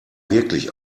wirklich